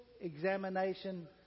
examination